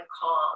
calm